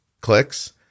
clicks